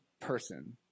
person